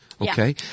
Okay